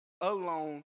alone